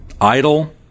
idle